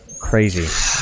Crazy